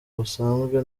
busanzwe